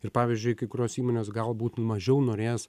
ir pavyzdžiui kai kurios įmonės galbūt mažiau norės